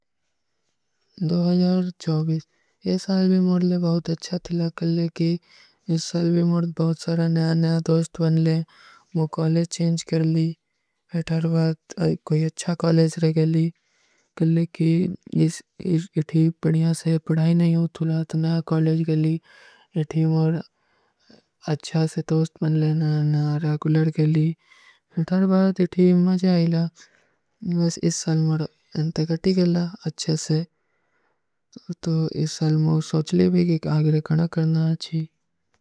ଦୋହାଜାର ଚୌଵିଜ। ଯେ ସାଲ ଭୀ ମୌର ଲେ ବହୁତ ଅଚ୍ଛା ଥିଲା କଲେ କୀ ଯେ ସାଲ ଭୀ ମୌର ବହୁତ ସାରା ନଯା ନଯା ତୋସ୍ଟ ବନ ଲେ ମୌ କଲେଜ ଚେଂଜ କର ଲୀ ଫେଟର ବାଦ କୋଈ ଅଚ୍ଛା କଲେଜ ରହ ଗଲୀ ତୋ ଯେ ସାଲ ମୌର ସୋଚ ଲେ ଭୀ କି ଆଗର କଣା କରନା ଅଚ୍ଛୀ।